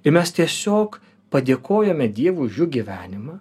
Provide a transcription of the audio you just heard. i mes tiesiog padėkojome dievui už gyvenimą